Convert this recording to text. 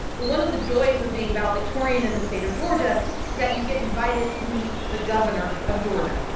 one of the joys of being valedictorian in the state of georgia is that you get invited to meet the governor of georgia.